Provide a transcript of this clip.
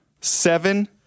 seven